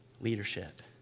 leadership